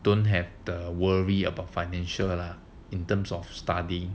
don't have the worry about financial lah in terms of study